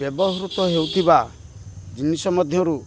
ବ୍ୟବହୃତ ହେଉଥିବା ଜିନିଷ ମଧ୍ୟରୁ